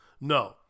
No